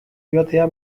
joatea